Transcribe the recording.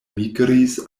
migris